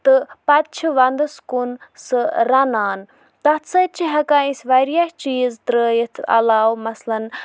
تہٕ پَتہٕ چھِ وَندَس کُن سُہ رَنان تَتھ سۭتۍ چھِ ہٮ۪کان أسۍ واریاہ چیٖز ترٛٲیِتھ علاوٕ مثلاً